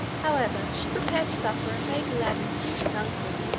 however, she prepared supper, and bade aladdin seek his uncle,